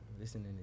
listening